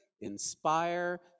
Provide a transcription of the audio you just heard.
inspire